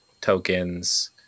tokens